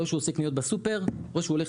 או שהוא עושה קניות בסופר או שהוא הולך